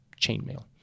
chainmail